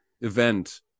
event